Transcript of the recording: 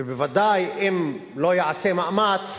ובוודאי אם לא ייעשה מאמץ,